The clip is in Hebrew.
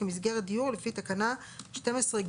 כמסגרת דיור לפי תקנה 12(ג)(2).